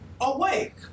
awake